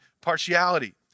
partiality